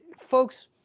folks